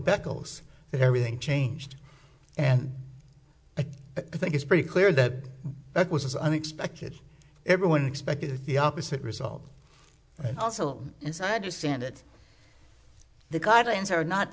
that everything changed and i think it's pretty clear that that was unexpected everyone expected the opposite result and also as i understand it the guidelines are not